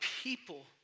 people